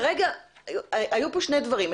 היו פה שני דברים,